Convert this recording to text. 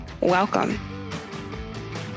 Welcome